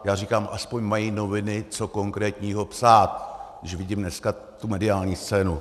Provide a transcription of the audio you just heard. Já říkám, aspoň mají noviny co konkrétního psát, když vidím dneska tu mediální scénu.